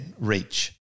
reach